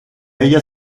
ella